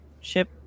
ship